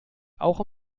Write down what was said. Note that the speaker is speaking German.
auch